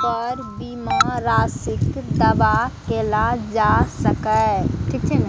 पर बीमा राशिक दावा कैल जा सकैए